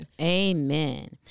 Amen